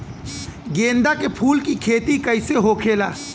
गेंदा के फूल की खेती कैसे होखेला?